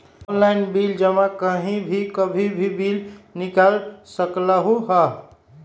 Online bill जमा कहीं भी कभी भी बिल निकाल सकलहु ह?